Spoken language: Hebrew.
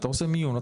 אני עושה מיון,